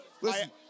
Listen